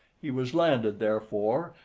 he was landed, therefore,